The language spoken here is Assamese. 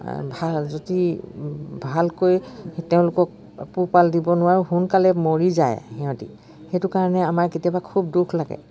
ভাল যদি ভালকৈ তেওঁলোকক পোহপাল দিব নোৱাৰোঁ সোনকালে মৰি যায় সিহঁতি সেইটো কাৰণে আমাৰ কেতিয়াবা খুব দুখ লাগে